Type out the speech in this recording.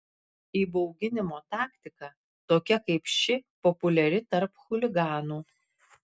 įbauginimo taktika tokia kaip ši populiari tarp chuliganų